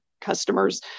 customers